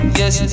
yes